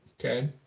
Okay